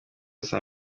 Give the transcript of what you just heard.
saa